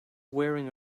wearing